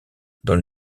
dans